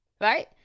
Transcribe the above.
right